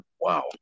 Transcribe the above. Wow